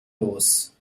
los